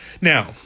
Now